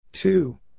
Two